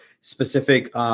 specific